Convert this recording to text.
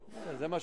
זה מאוד חשוב.